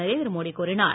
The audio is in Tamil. நரேந்திர மோடி கூறினார்